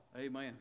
Amen